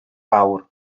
fawr